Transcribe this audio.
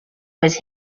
was